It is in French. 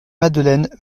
madeleine